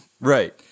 Right